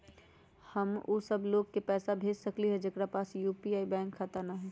हम उ सब लोग के पैसा भेज सकली ह जेकरा पास यू.पी.आई बैंक खाता न हई?